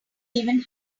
even